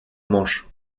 manche